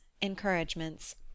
encouragements